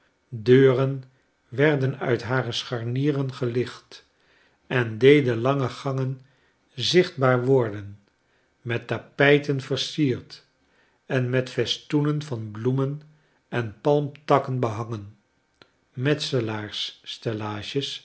deuren werden uit hare scharnieren gelicht en deden lange gangen zichbaar worden met tapijten versierd en met festoenen van bloemen en palmtakken behangen